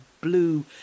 Blue